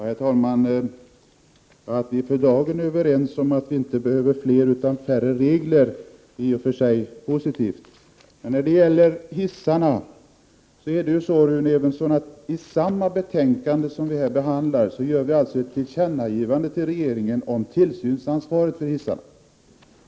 Herr talman! Att vi för dagen är överens om att vi inte behöver fler utan färre regler är i och för sig positivt. Men, Rune Evensson, i det betänkande som vi nu behandlar gör vi ett tillkännagivande till regeringen om tillsynsansvaret för hissarna.